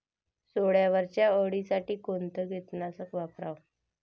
सोल्यावरच्या अळीसाठी कोनतं कीटकनाशक वापराव?